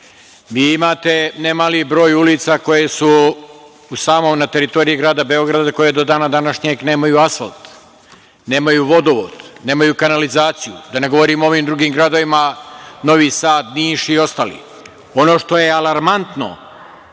imate ne mali broj ulica koje su samo na teritoriji grada Beograda koje do dana današnjeg nemaju asfalt, nemaju vodovod, nemaju kanalizaciju, da ne govorim o ovim drugim gradovima Novi Sad, Niš i ostali. Ono što je alarmantno,